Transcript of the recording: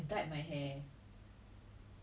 ya cause 现在你长大了吗 like